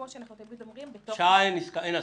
כמו שאנחנו תמיד אומרים בתוך --- שעה אין הסכמה.